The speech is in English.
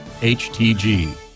htg